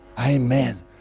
Amen